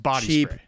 cheap